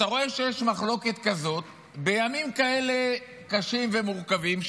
אתה רואה שיש מחלוקת כזאת בימים כאלה קשים ומורכבים,